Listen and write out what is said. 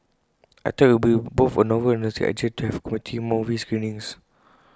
I thought IT would be both A novel and nostalgic idea to have community movie screenings